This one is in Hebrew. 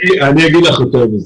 אני אומר לך יותר מזה.